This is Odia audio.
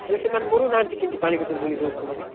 ହେଲେ ସେମାନେ ମରୁନାହାନ୍ତି କେମିତି ପାଣି ଭିତରେ ବୁଡ଼ି ରହୁଛନ୍ତି